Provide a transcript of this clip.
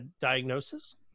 diagnosis